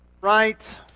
Right